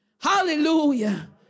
Hallelujah